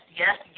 yes